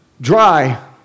dry